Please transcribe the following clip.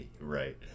Right